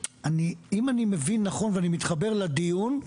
אם אני מבין נכון, ואני מתחבר לדיון,